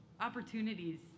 opportunities